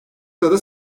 sırada